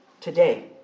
Today